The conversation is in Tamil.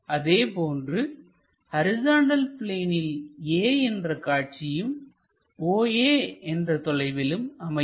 அதேபோன்று ஹரிசாண்டல் பிளேனில் a என்ற காட்சியாகவும் oa என்ற தொலைவிலும் அமையும்